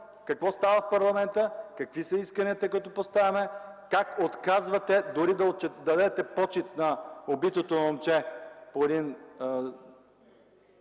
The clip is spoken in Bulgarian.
какво става в парламента, какви са исканията, които поставяме, как отказвате дори да отдадете почит на убитото по един